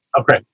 Okay